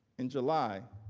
in july,